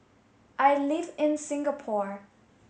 I live in Singapore